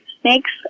Snakes